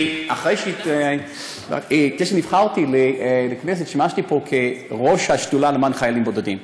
אחרי שנבחרתי לכנסת שימשתי פה כראש השדולה למען חיילים בודדים.